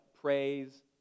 praise